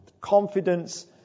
Confidence